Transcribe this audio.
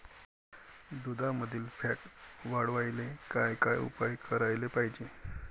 दुधामंदील फॅट वाढवायले काय काय उपाय करायले पाहिजे?